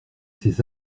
ces